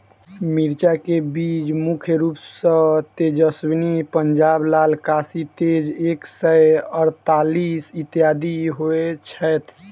मिर्चा केँ बीज मुख्य रूप सँ तेजस्वनी, पंजाब लाल, काशी तेज एक सै अड़तालीस, इत्यादि होए छैथ?